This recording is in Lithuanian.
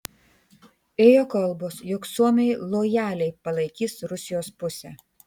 ėjo kalbos jog suomiai lojaliai palaikantys rusijos pusę